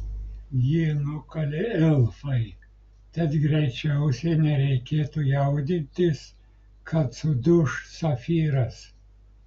jį nukalė elfai tad greičiausiai nereikėtų jaudintis kad suduš safyras